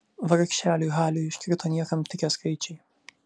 vargšeliui haliui iškrito niekam tikę skaičiai